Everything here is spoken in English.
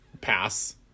pass